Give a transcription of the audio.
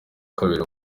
kabiri